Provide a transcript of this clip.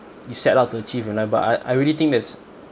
you set out to achieve you know but I I really think it's